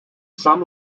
some